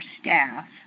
staff